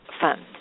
Fund